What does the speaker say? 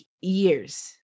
years